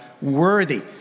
worthy